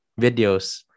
videos